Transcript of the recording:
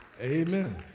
Amen